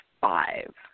five